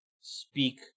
speak